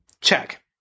Check